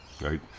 right